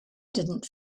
didn’t